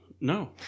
No